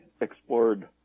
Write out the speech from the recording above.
explored